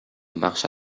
marcha